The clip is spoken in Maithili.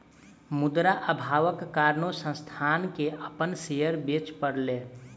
मुद्रा अभावक कारणेँ संस्थान के अपन शेयर बेच पड़लै